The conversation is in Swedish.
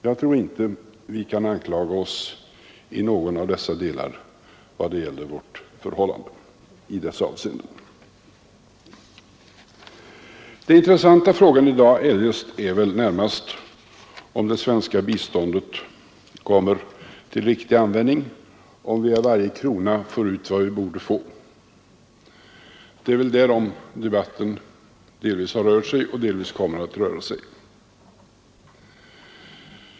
Jag tror inte vi kan anklaga oss i någon av dessa delar. Den intressanta frågan i dag är väl närmast, om det svenska biståndet kommer till riktig användning och om vi av varje krona får ut vad vi borde. Det är väl därom debatten delvis har rört sig och delvis kommer att röra sig.